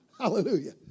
Hallelujah